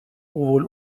wohl